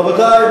רבותי,